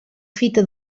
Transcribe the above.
fita